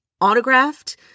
autographed